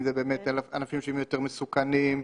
לראות אם מדובר בענפים יותר מסוכנים.